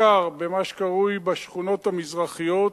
בעיקר במה שקרוי "השכונות המזרחיות",